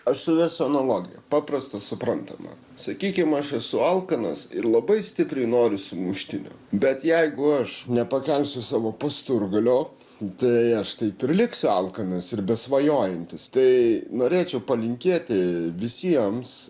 aš suvesiu analogiją paprastą suprantamą sakykim aš esu alkanas ir labai stipriai noriu sumuštinio bet jeigu aš nepakelsiu savo pasturgalio tai aš taip ir liksiu alkanas ir besvajojantis tai norėčiau palinkėti visiems